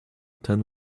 ten